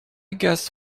guess